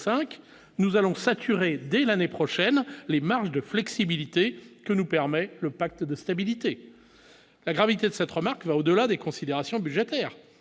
nous allons saturé dès l'année prochaine, les marges de flexibilité que nous permet le pacte de stabilité, la gravité de cette remarque va au-delà des considérations budgétaires